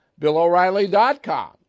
billoreilly.com